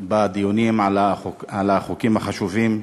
בדיונים על החוקים החשובים,